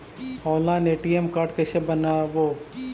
Online ATM card कैसे बनाबौ?